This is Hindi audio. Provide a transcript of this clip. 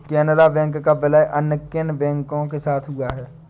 केनरा बैंक का विलय अन्य किन बैंक के साथ हुआ है?